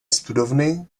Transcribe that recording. studovny